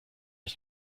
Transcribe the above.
ich